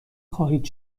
خواهید